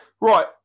right